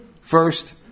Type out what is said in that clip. First